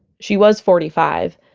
she was forty five,